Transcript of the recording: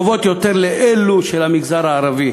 רמות ההשכלה והתעסוקה בהן קרובות יותר לאלו של המגזר הערבי